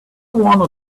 wanna